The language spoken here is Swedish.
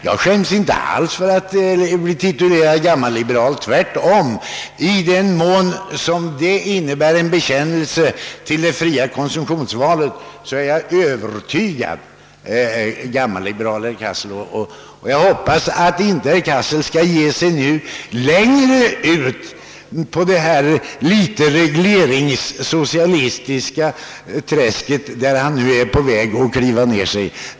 Jag skäms inte alls för att bli titulerad gammalliberal — tvärtom. I den mån detta innebär en bekännelse till det fria konsumtionsvalet är jag övertygad gammalliberal, herr Cassel. Jag hoppas att herr Cassel för sin del inte skall ge sig längre ut i det regleringssocialistiska träsk där han nu tycks vara på väg att kliva ner sig.